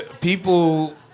people